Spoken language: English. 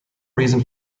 reason